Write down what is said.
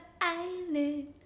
island